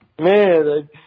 man